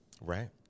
right